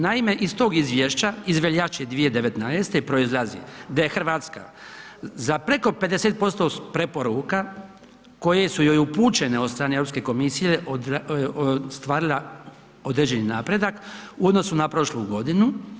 Naime, iz tog izvješća iz veljače 2019. proizlazi da je Hrvatska za preko 50% preporuka koje su joj upućene od strane Europske komisije ostvarila određeni napredak u odnosu na prošlu godinu.